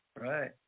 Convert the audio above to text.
Right